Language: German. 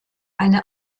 eine